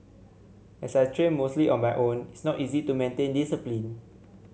as I train mostly on my own it's not easy to maintain discipline